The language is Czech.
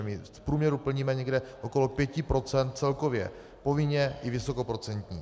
V průměru plníme někde okolo 5 % celkově, povinně i vysokoprocentní.